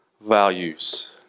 values